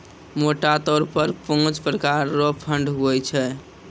मोटा तौर पर पाँच प्रकार रो फंड हुवै छै